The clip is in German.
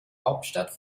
hauptstadt